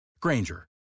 Granger